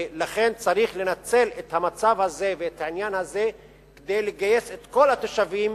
ולכן צריך לנצל את המצב הזה ואת העניין הזה כדי לגייס את כל התושבים